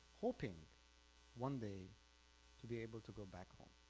hoping one day to be able to go back home.